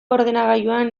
ordenagailuan